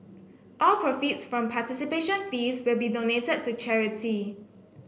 all from participation fees will be donated to charity